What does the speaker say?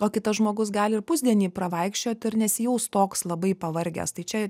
o kitas žmogus gali ir pusdienį pravaikščioti ir nesijaust toks labai pavargęs tai čia